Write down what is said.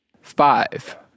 Five